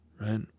right